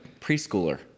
preschooler